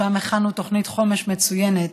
שם הכנו תוכנית חומש מצוינת,